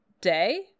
day